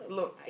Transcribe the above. Look